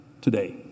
today